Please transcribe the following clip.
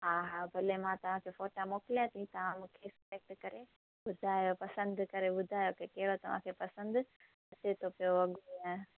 हा हा भले मां तव्हां खे फोटा मोकिलियांती तव्हां मूंखे सिलेक्ट करे ॿुधायो पसंदि करे ॿुधायो के कहिड़ो तव्हां खे पसंदि अचे थो पियो अघु हीअ